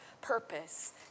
purpose